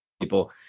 people